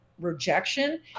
rejection